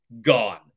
Gone